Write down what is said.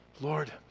Lord